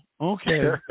okay